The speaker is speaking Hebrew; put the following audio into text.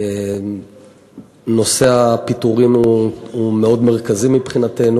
נושא הפיטורים הוא מאוד מרכזי מבחינתנו.